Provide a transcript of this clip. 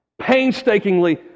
painstakingly